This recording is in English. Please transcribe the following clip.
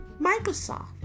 Microsoft